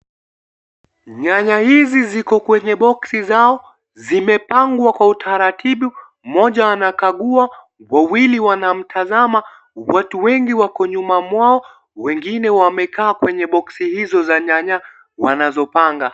Nyanya hizi ziko kwenye boksi zao , zimepangwa kwa utaratibu, mmoja anakagua wawili wanamtazama watu wengi wako nyuma mwao wengine wamekaa kwenye boksi hizo za nyanya wanazopanga.